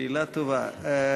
שאלה טובה.